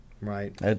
Right